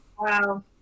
Wow